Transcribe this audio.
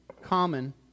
common